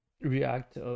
react